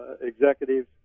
executives